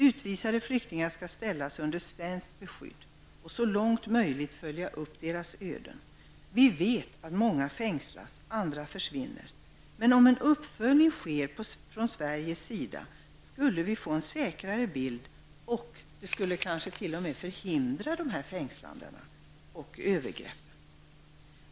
Utvisade flyktingar skall ställas under svenskt beskydd. Man bör så långt som möjligt följa upp deras öden. Vi vet att många fängslas och att andra försvinner. Om en uppföljning skedde från svensk sida skulle vi få en säkrare bild. Vi skulle kanske t.o.m. kunna förhindra dessa fängslanden och övergrepp.